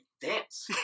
dance